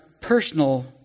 personal